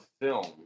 film